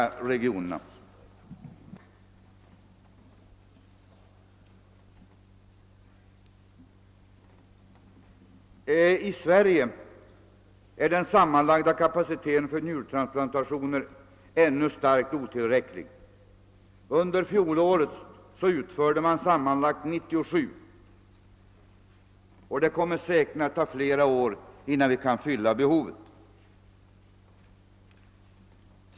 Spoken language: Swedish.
; I Sverige är den sammanlagda: fäflör citeten för njurtransplantationer ännu starkt otillräcklig — det utfördes under fjolåret 97 sådana — och det kommer rimligtvis att dröja flera år innan. vi kan tillgodose behoven på detta område.